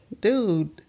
dude